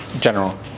general